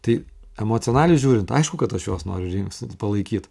tai emocionaliai žiūrint aišku kad aš juos noriu ringtis nu palaikyt